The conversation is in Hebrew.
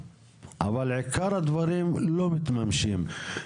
אבל עיקר הדברים לא מתממשים.